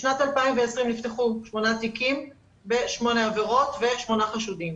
בשנת 2020 נפתחו שמונה תיקים בשמונה עבירות ושמונה חשודים.